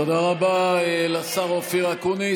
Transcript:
תודה רבה לשר אופיר אקוניס.